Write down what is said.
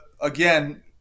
again